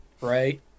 Right